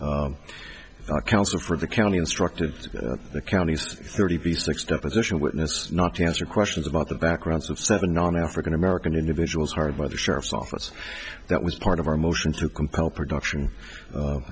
brief counsel for the county instructed the counties to thirty six deposition witness not to answer questions about the backgrounds of seven non african american individuals hard by the sheriff's office that was part of our motion to compel production